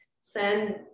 send